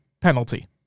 penalty